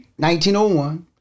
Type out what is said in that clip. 1901